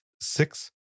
six